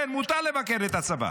כן, מותר לבקר את הצבא.